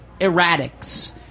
erratics